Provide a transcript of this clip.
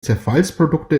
zerfallsprodukte